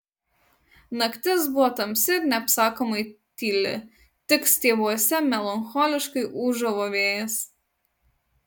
naktis buvo tamsi ir neapsakomai tyli tik stiebuose melancholiškai ūžavo vėjas